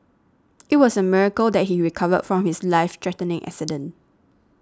it was a miracle that he recovered from his life threatening accident